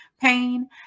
pain